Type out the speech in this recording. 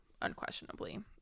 unquestionably